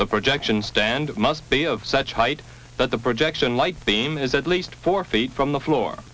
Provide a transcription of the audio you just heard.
the projection stand must be of such height that the projection light beam is at least four feet from the floor